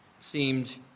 seemed